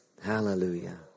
Hallelujah